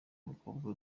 umukobwa